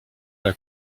l’a